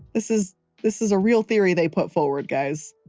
this is this is a real theory they put forward guys.